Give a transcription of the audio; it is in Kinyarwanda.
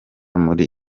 muri